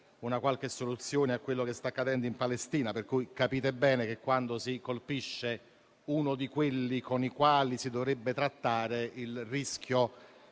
una soluzione a quello che sta accadendo in Palestina. Capite bene, dunque, che, quando si colpisce uno di quelli con i quali si dovrebbe trattare, il rischio